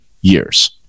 years